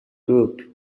group